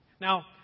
Now